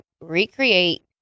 recreate